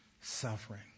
suffering